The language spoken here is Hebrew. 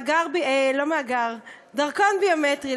דרכון ביומטרי,